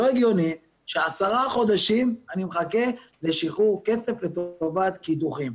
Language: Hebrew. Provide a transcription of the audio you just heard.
לא הגיוני שעשרה חודשים אני מחכה לשחרור כסף לטובת קידוחים.